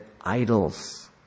idols